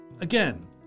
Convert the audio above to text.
Again